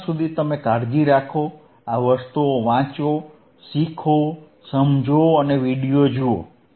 ત્યાં સુધી તમે કાળજી રાખો આ વસ્તુઓ વાંચો શીખો સમજો અને વીડિયો જુઓ